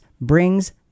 brings